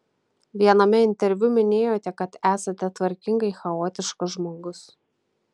viename interviu minėjote kad esate tvarkingai chaotiškas žmogus